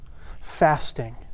fasting